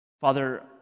Father